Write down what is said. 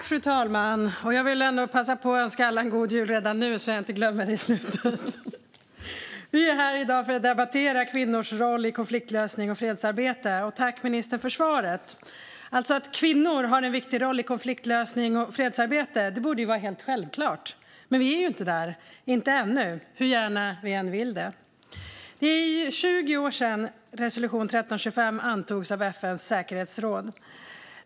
Fru talman! Jag vill passa på att önska alla en god jul redan nu, så att jag inte glömmer det i slutet! Vi är här i dag för att debattera kvinnors roll i konfliktlösning och fredsarbete. Tack, ministern, för svaret! Att kvinnor har en viktig roll i konfliktlösning och fredsarbete borde vara helt självklart, men vi är inte där - inte ännu, hur gärna vi än vill det. Det är 20 år sedan resolution 1325 antogs av FN:s säkerhetsråd.